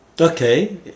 Okay